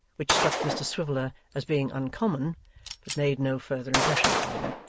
which struck mr swiveller as being uncommon but made no further impression upon him.